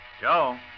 Joe